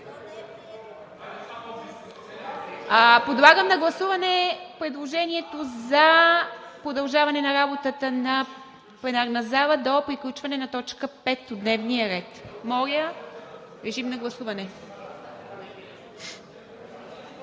Подлагам на гласуване предложението за удължаване на работата на пленарна зала до приключване на т. 5 от дневния ред. Гласували